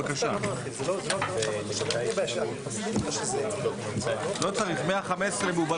במהלך תקופת הפיילוט יצאו כל חצי שנה דוחות ובכל